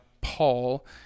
Paul